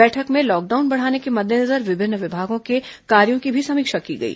बैठक में लॉकडाउन बढ़ाने के मद्देनजर विभिन्न विभागों के कार्यों की भी समीक्षा की गई